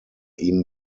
ihm